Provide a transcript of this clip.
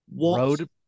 Road